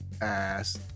ass